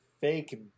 fake